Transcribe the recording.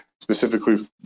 specifically